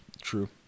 true